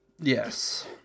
yes